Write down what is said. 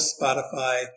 Spotify